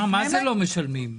מה זה לא משלמים?